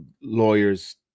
lawyers